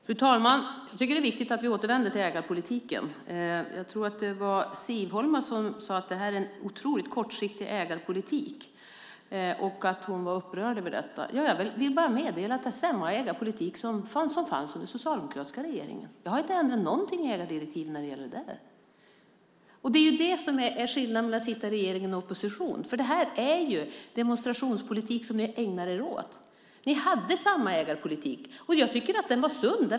Fru talman! Jag tycker att det är viktigt att vi återvänder till ägarpolitiken. Jag tror att det var Siv Holma som sade att det här är en otroligt kortsiktig ägarpolitik och att hon var upprörd över detta. Jag vill bara meddela att det är samma ägarpolitik som fanns under den socialdemokratiska regeringen. Jag har inte ändrat någonting i ägardirektiven när det gäller detta. Det är skillnaden mellan att sitta i regeringen och i oppositionen. Ni ägnar er åt demonstrationspolitik. Ni hade samma ägarpolitik, och jag tycker att den var sund.